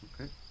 Okay